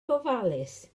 gofalus